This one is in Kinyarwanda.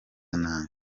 nabi